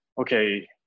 okay